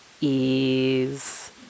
ease